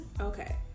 Okay